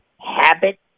Habit